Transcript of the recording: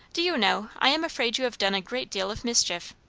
do you know, i am afraid you have done a great deal of mischief?